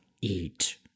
eat